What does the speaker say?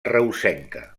reusenca